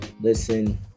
listen